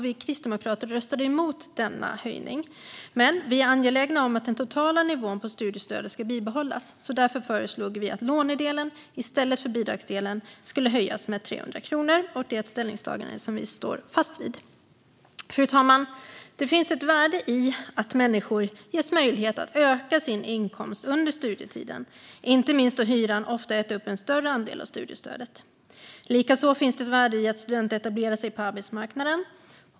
Vi kristdemokrater röstade emot denna höjning. Men eftersom vi var angelägna om att den totala nivån på studiestödet skulle bibehållas föreslog vi att lånedelen i stället skulle höjas med 300 kronor. Detta ställningstagande står vi fast vid. Fru talman! Det finns ett värde i att människor ges möjlighet att öka sin inkomst under studietiden, inte minst då hyran ofta äter upp en stor andel av studiestödet. Likaså finns det ett värde i att studenter etablerar sig tidigt på arbetsmarknaden.